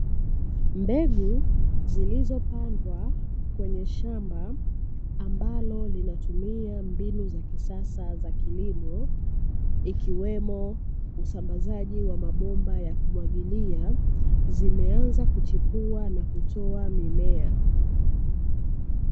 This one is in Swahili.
Mbegu zilizopandwa jwenye shamba ambalo linatumia mbinu za kisasa za kilimo ikiwemo usambazaji wa mabomba ya kumwagilia, zimeanza kuchipua na kutoa mimea.